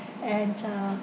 and uh